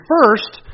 First